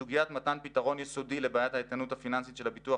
ושסוגיית מתן פתרון יסודי לבעיית האיתנות הפיננסית של הביטוח